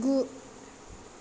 गु